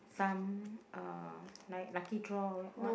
some uh like lucky draw or what